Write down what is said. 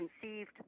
conceived